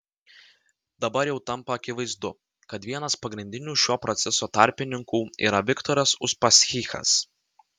dabar jau tampa akivaizdu kad vienas pagrindinių šio proceso tarpininkų yra viktoras uspaskichas